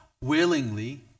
willingly